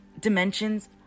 Dimensions